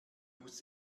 muss